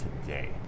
today